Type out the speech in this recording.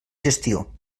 gestió